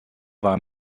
war